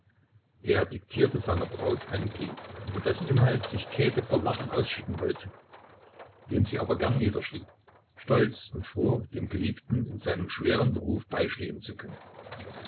er diktierte seiner braut einen brief über dessen inhalt sich käthe vor lachen ausschütten wollte den sie aber gern niederschrieb stolz und froh dem geliebten in seinem schweren beruf beistehen zu können